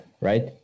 right